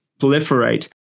proliferate